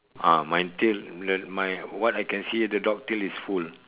ah my tail the my what I can see the dog tail is full